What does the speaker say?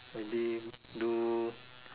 maybe do